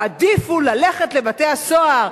תעדיפו ללכת לבתי-הסוהר.